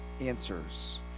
answers